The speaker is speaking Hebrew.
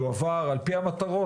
התקציב יועבר על פי המטרות,